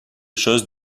chose